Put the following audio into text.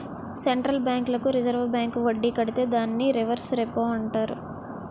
central బ్యాంకులకు reserve bank వడ్డీ కడితే దాన్ని రివర్స్ రెపో అంటారు